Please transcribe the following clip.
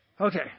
Okay